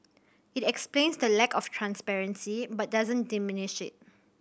it explains the lack of transparency but doesn't diminish it